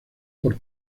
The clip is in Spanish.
por